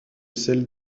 celle